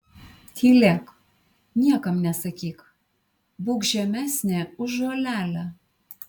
tylėk niekam nesakyk būk žemesnė už žolelę